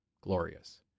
glorious